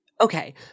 okay